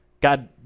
God